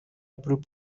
approve